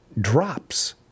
drops